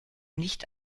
nicht